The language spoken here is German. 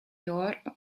jahren